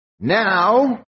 Now